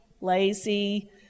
lazy